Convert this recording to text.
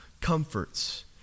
comforts